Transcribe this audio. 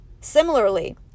Similarly